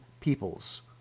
peoples